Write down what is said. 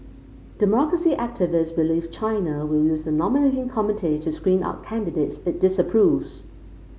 democracy activists believe China will use the nominating committee to screen out candidates it disapproves